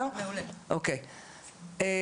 מרכזי הסיוע, בבקשה.